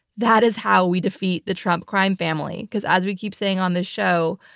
that is how we defeat the trump crime family because as we keep saying on this show,